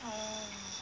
oh